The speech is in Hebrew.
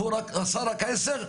והוא עשה רק 10,